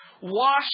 Wash